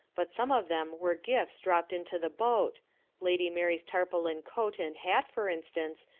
but some of them were gifts dropped into the boat lady mary's tarpaulin coat and hat, for instance,